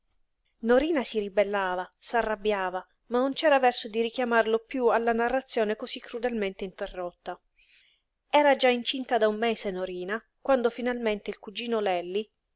norina si ribellava s'arrabbiava ma non c'era verso di richiamarlo piú alla narrazione cosí crudelmente interrotta era già incinta da un mese norina quando finalmente il cugino lelli